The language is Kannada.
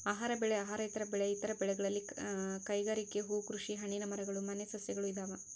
ಆಹಾರ ಬೆಳೆ ಅಹಾರೇತರ ಬೆಳೆ ಇತರ ಬೆಳೆಗಳಲ್ಲಿ ಕೈಗಾರಿಕೆ ಹೂಕೃಷಿ ಹಣ್ಣಿನ ಮರಗಳು ಮನೆ ಸಸ್ಯಗಳು ಇದಾವ